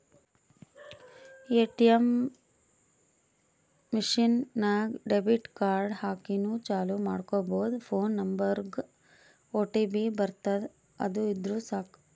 ATM machine ನಾಗ್ debit card ಹಾಕಿನೂ ಚಾಲೂ ಮಾಡ್ಕೊಬೋದು ಫೋನ್ ನಂಬರ್ಗ್ ಒಟಿಪಿ ಬರ್ತುದ್ ಅದು ಇದ್ದುರ್ ಸಾಕು